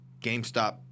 GameStop